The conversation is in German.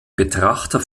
betrachter